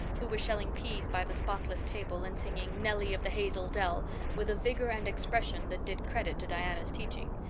who was shelling peas by the spotless table and singing, nelly of the hazel dell with a vigor and expression that did credit to diana's teaching,